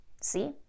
See